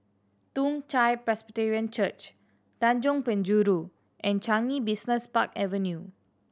Toong Chai Presbyterian Church Tanjong Penjuru and Changi Business Park Avenue